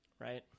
right